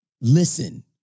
listen